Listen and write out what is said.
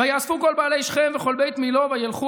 ויֵּאספו כל בעלי שכם וכל בית מלוא וילכו